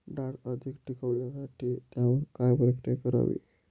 डाळ अधिक टिकवण्यासाठी त्यावर काय प्रक्रिया करावी?